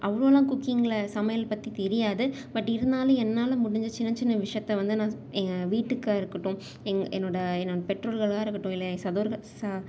அவ்வளோலாம் குக்கிங்கில் சமையல் பற்றி தெரியாது பட் இருந்தாலும் என்னால் முடிஞ்ச சின்ன சின்ன விஷயத்த வந்து நான் எங்கள் வீட்டுக்காக இருக்கட்டும் என்னோட என்னோட பெற்றோர்களாக இருக்கட்டும் இல்லை என்னோட சதோர்கள் ச